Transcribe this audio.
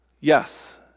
yes